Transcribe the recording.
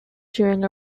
during